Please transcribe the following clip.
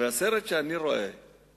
הסרט שאני רואה הוא